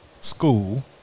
school